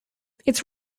its